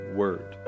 word